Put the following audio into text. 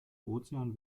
ozean